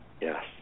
Yes